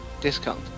discount